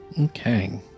Okay